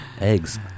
Eggs